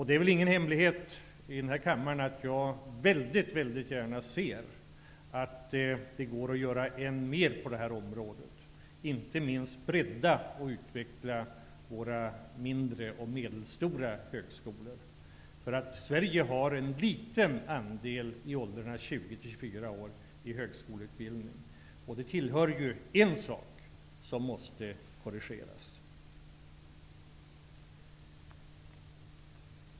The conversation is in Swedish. Det är väl ingen hemlighet för denna kammare att jag mycket gärna ser att det görs än mer på detta område, inte minst genom att bredda och utveckla våra mindre och medelstora högskolor. Sverige har en mycket liten andel av ungdomar i åldern 20-24 år i högskoleutbildning. Detta är en av de saker som måste korrigeras.